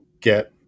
get